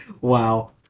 Wow